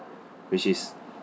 which is